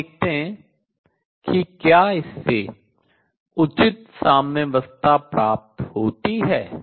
और देखते हैं कि क्या इससे उचित साम्यावस्था प्राप्त होती है